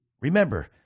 Remember